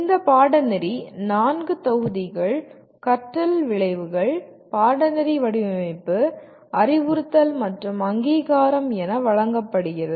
இந்த பாடநெறி 4 தொகுதிகள் கற்றல் விளைவுகள் பாடநெறி வடிவமைப்பு அறிவுறுத்தல் மற்றும் அங்கீகாரம் என வழங்கப்படுகிறது